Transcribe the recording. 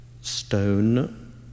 stone